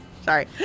Sorry